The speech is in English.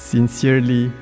Sincerely